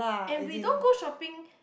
and we don't go shopping